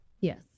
Yes